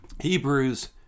Hebrews